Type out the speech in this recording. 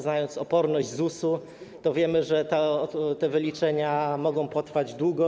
Znając oporność ZUS-u, wiemy, że te wyliczenia mogą potrwać długo.